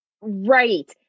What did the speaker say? right